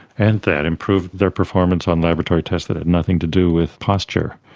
and that improved their performance on laboratory tests that had nothing to do with posture.